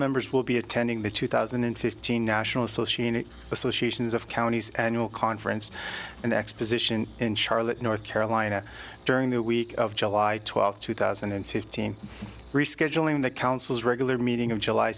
members will be attending the two thousand and fifteen national associations of counties annual conference and exposition in charlotte north carolina during the week of july twelfth two thousand and fifteen rescheduling the council's regular meeting of july